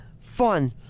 fun